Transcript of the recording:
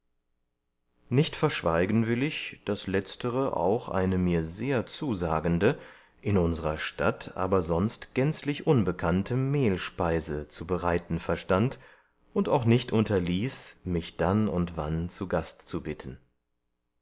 nicht verschweigen will ich daß letztere auch eine mir sehr zusagende in unserer stadt aber sonst gänzlich unbekannte mehlspeise zu bereiten verstand und auch nicht unterließ mich dann und wann zu gast zu bitten